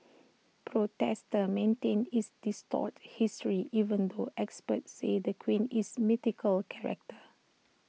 protesters the maintain it's distorts history even though experts say the queen is mythical character